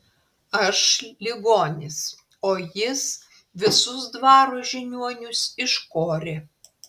aš ligonis o jis visus dvaro žiniuonius iškorė